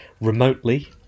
remotely